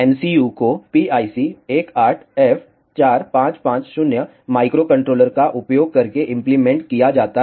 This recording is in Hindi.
MCU को PIC18F4550 माइक्रोकंट्रोलर का उपयोग करके इंप्लीमेंट किया जाता है